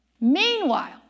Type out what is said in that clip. Meanwhile